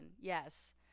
yes